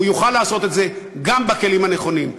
הוא יוכל לעשות את זה גם בכלים הנכונים,